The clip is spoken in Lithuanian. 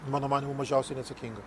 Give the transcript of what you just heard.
mano manymu mažiausiai neatsakinga